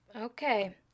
Okay